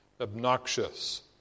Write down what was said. obnoxious